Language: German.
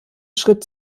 schritt